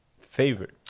Favorite